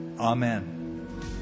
Amen